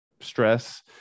stress